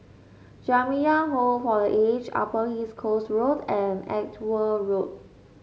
Jamiyah Home for The Aged Upper East Coast Road and Edgware Road